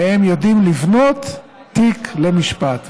והם יודעים לבנות תיק למשפט.